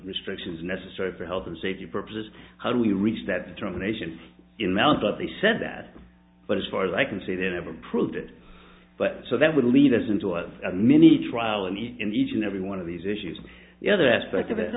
restrictions necessary for health and safety purposes how do we reach that determination in melbourne they said that but as far as i can say they never proved it but so that would lead us into of a mini trial in the in each and every one of these issues and the other aspect of it a